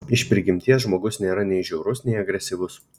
iš prigimties žmogus nėra nei žiaurus nei agresyvus